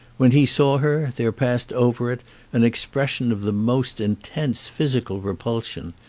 when he saw her there passed over it an expression of the most intense physical repulsion,